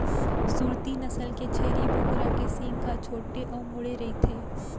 सूरती नसल के छेरी बोकरा के सींग ह छोटे अउ मुड़े रइथे